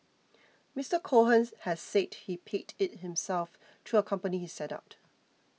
Mister Cohen has said he paid it himself through a company he set up